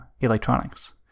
electronics